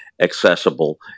accessible